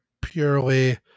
purely